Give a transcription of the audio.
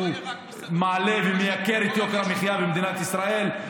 הוא מעלה ומייקר את יוקר המחיה במדינת ישראל.